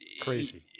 crazy